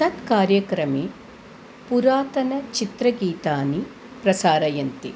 तत् कार्यक्रमे पुरातन चित्रगीतानि प्रसारयन्ति